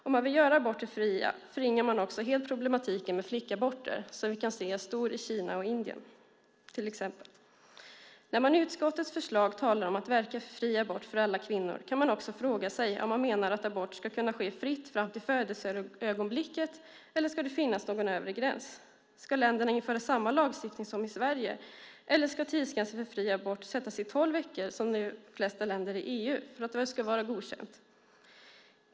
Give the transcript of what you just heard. Om man vill göra aborter fria förringar man också helt problematiken med flickaborter som vi kan se är stor i till exempel Kina och Indien. När man i utskottets förslag talar om att verka för fri abort för alla kvinnor kan man också fråga sig om man menar att abort ska kunna ske fritt fram till födelseögonblicket, eller ska det finnas någon övre gräns? Ska länderna införa samma lagstiftning som i Sverige, eller ska tidsgränsen för fri abort sättas till 12 veckor som i de flesta länder i EU för att det ska vara godkänt?